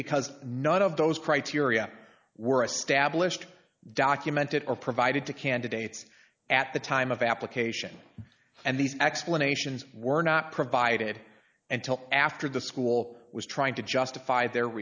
because none of those criteria were established documented or provided to candidates at the time of application and these explanations were not provided until after the school was trying to justify their